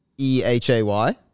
E-H-A-Y